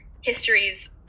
histories